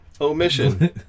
Omission